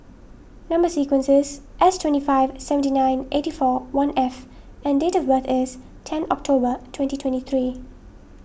Number Sequence is S twenty five seventy nine eighty four one F and date of birth is ten October twenty twenty three